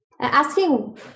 asking